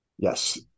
Yes